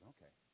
Okay